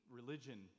religion